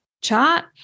chart